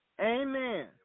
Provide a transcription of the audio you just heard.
Amen